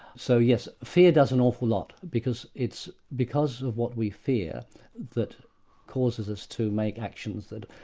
so yes, fear does an awful lot, because it's because of what we fear that causes us to make actions that are,